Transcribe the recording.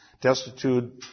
destitute